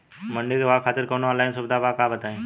मंडी के भाव खातिर कवनो ऑनलाइन सुविधा बा का बताई?